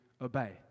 obey